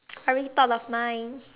I already thought of mine